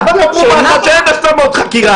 אבל אמרו שאין השלמות חקירה.